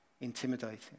intimidating